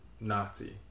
Nazi